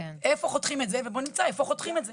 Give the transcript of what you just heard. איפה חותכים, בואו נמצא איפה חותכים את זה.